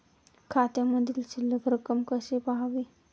खात्यामधील शिल्लक रक्कम कशी पहावी?